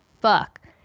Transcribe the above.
fuck